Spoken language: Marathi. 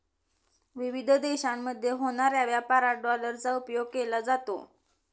विविध देशांमध्ये होणाऱ्या व्यापारात डॉलरचा उपयोग केला जातो